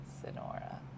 Sonora